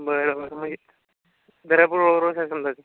बर बर म्हंजे समजायचं